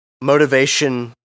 motivation